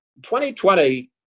2020